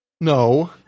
No